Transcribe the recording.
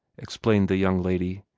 explained the young lady.